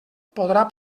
podrà